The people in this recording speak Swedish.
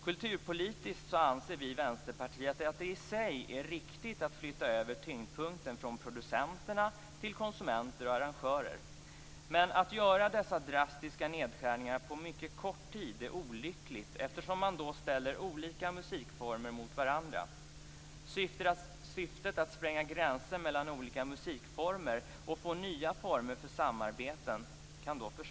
Kulturpolitiskt anser vi i Vänsterpartiet att det i sig är riktigt att flytta över tyngdpunkten från producenterna till konsumenter och arrangörer. Men att göra dessa drastiska nedskärningar på mycket kort tid är olyckligt, eftersom man då ställer olika musikformer mot varandra. Det kan bli svårare att nå syftet att spränga gränser mellan olika musikformer och få nya former för samarbeten.